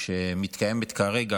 שמתקיימת כרגע.